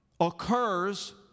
occurs